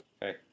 Hey